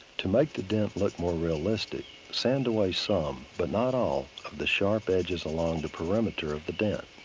to make the dent look more realistic, sand away some, but not all of the sharp edges along the perimeter of the dent.